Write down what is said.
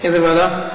איזו ועדה?